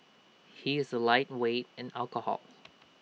he is A lightweight in alcohol